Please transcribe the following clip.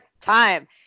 time